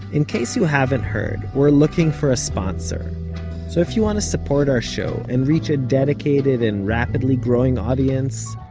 in case you haven't heard, we're looking for a sponsor. so if you want to support our show, and reach a dedicated and rapidly growing audience,